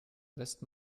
lässt